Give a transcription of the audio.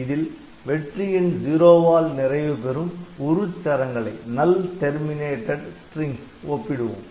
இதில் வெற்று எண் '0' வால் நிறைவுபெறும் உருச் சரங்களை ஒப்பிடுவோம்